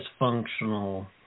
dysfunctional